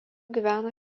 gyveno